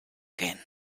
gehen